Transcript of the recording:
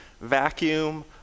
Vacuum